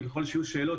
וככל שיהיו שאלות,